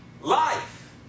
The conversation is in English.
life